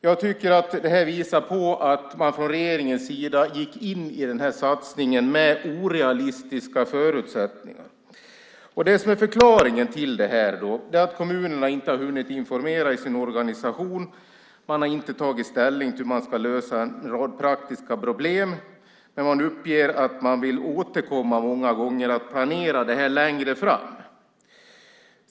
Jag tycker att det visar att man från regeringens sida gick in i den här satsningen med orealistiska förväntningar. Förklaringen till det är att kommunerna inte har hunnit informera i sin organisation. Man har inte tagit ställning till hur man ska lösa en rad praktiska problem. Man uppger många gånger att man vill återkomma och planera det här längre fram.